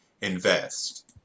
invest